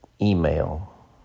email